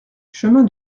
chemin